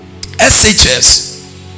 SHS